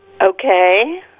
Okay